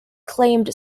claimed